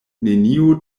neniu